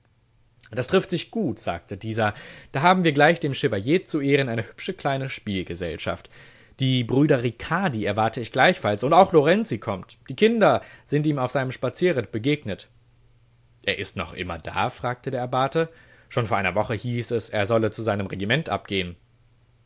das trifft sich gut sagte dieser da haben wir gleich dem chevalier zu ehren eine hübsche kleine spielgesellschaft die brüder ricardi erwarte ich gleichfalls und auch lorenzi kommt die kinder sind ihm auf seinem spazierritt begegnet er ist noch immer da fragte der abbate schon vor einer woche hieß es er solle zu seinem regiment abgehen